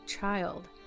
child